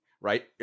right